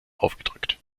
aufgedrückt